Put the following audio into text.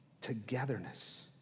Togetherness